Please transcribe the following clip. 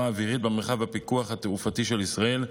אווירית במרחב הפיקוח התעופתי של ישראל,